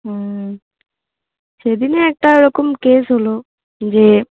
হুম সেদিন একটা ওরকম কেস হলো যে